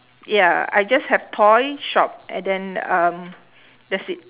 ya I just have toy shop and then um that's it